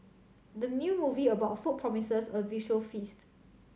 the new movie about food promises a visual feast